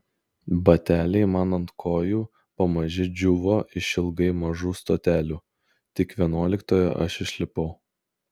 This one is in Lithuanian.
bateliai man ant kojų pamaži džiūvo išilgai mažų stotelių tik vienuoliktoje aš išlipau